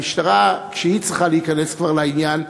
המשטרה, כשהיא צריכה להיכנס כבר לעניין,